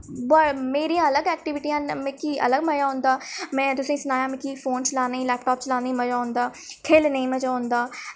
मेरियां अलग एक्टिविटियां मिकी अलग मजा औंदा में तुसें सनाया मिकी फोन चलाने लैपटाप चलाने मजा औंदा खेढने मजा औंदा